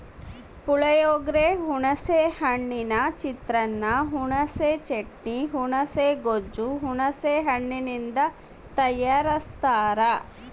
ಪುಳಿಯೋಗರೆ, ಹುಣಿಸೆ ಹಣ್ಣಿನ ಚಿತ್ರಾನ್ನ, ಹುಣಿಸೆ ಚಟ್ನಿ, ಹುಣುಸೆ ಗೊಜ್ಜು ಹುಣಸೆ ಹಣ್ಣಿನಿಂದ ತಯಾರಸ್ತಾರ